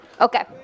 Okay